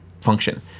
function